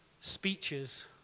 speeches